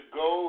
go